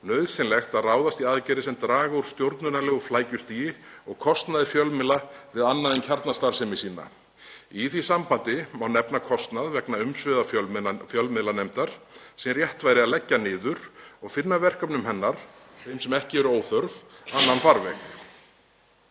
nauðsynlegt að ráðast í aðgerðir sem draga úr stjórnunarlegu flækjustigi og kostnaði fjölmiðla við annað en kjarnastarfsemi sína. Í því sambandi má m.a. nefna kostnað vegna umsvifa fjölmiðlanefndar sem rétt væri að leggja niður og finna verkefnum hennar, þeim sem ekki eru óþörf, annan farveg.